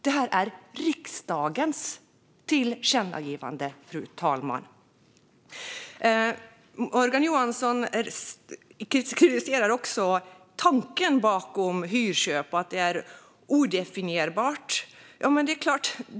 Det är riksdagens tillkännagivande, fru talman. Morgan Johansson kritiserar tanken bakom hyrköp och tycker att det är odefinierbart. Ja, det är klart.